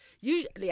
Usually